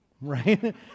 Right